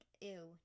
ew